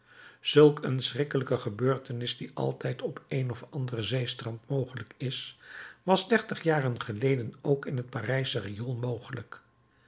zulk een schrikkelijke gebeurtenis die altijd op een of ander zeestrand mogelijk is was dertig jaren geleden ook in het parijsche riool mogelijk